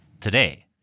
today